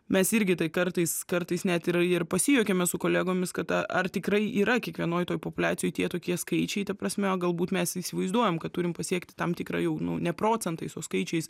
mes irgi tai kartais kartais net ir ir pasijuokiame su kolegomis kad ar tikrai yra kiekvienoj toj populiacijoj tie tokie skaičiai ta prasme galbūt mes įsivaizduojam kad turim pasiekti tam tikrą jau nu ne procentais o skaičiais